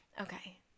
Okay